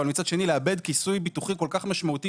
אבל מצד שני לאבד כיסוי ביטוחי כל כך משמעותי